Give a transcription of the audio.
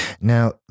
Now